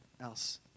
else